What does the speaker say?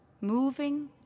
moving